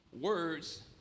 words